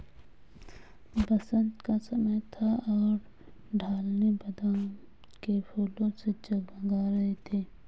बसंत का समय था और ढलानें बादाम के फूलों से जगमगा रही थीं